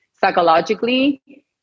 psychologically